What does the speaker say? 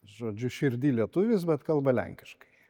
žodžiu širdy lietuvis bet kalba lenkiškai